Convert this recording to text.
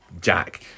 Jack